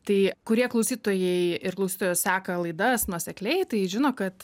tai kurie klausytojai ir klausytojos seka laidas nuosekliai tai žino kad